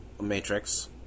matrix